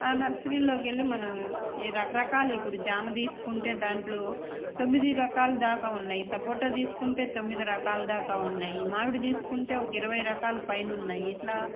ఆ నర్సరీలోకి వెళ్ళి మన రకరకాలు ఇప్పుడు జామ తీసుకుంటే దాంట్లో తొమ్మిది రకాల దాకా ఉన్నాయి సపోటా తీసుకుంటే తొమ్మిది రకాల దాకా ఉన్నాయి మామిడి తీసుకుంటే ఒక ఇరవై రకాల పైన ఉన్నాయి ఇట్లా